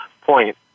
point